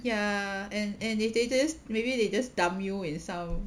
ya and and if they just maybe they just dump you in some